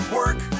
work